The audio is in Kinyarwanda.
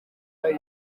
yari